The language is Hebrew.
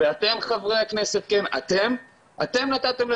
אנחנו צריכים